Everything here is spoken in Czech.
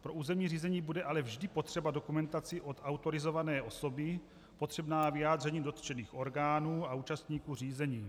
Pro územní řízení bude ale vždy potřeba dokumentace od autorizované osoby, potřebná vyjádření dotčených orgánů a účastníků řízení.